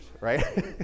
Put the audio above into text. right